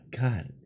god